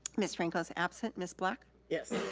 miss franco's absent. miss black. yes.